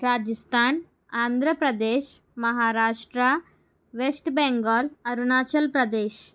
Rajasthan Andhra Pradesh Maharashtra West Bengal Arunachal Pradesh